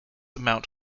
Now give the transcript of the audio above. mount